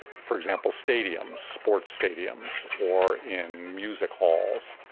for example, stadiums, sports stadiums, or in music halls.